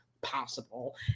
possible